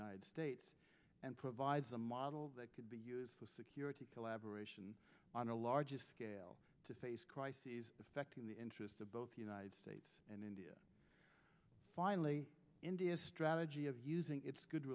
united states and provides a model that can be used for security collaboration on a large scale to face crises affecting the interests of both united states and india finally india strategy of using its good